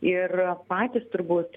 ir patys turbūt